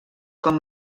com